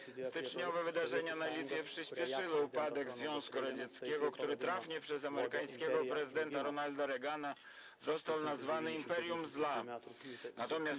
Styczniowe wydarzenia na Litwie przyspieszyły upadek Związku Radzieckiego, który trafnie przez amerykańskiego prezydenta Ronalda Reagana został nazwany imperium zła.